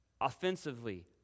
offensively